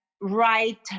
right